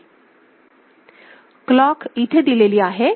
clock इथे दिलेली आहे